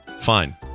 Fine